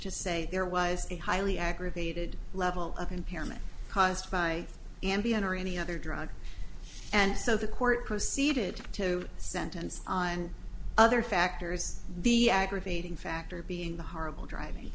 to say there was a highly aggravated level of impairment caused by ambien or any other drug and so the court proceeded to sentence and other factors the aggravating factor being the horrible driving